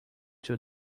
two